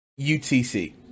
UTC